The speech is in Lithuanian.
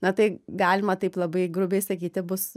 na tai galima taip labai grubiai sakyti bus